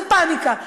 זה פניקה.